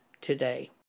today